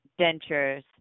dentures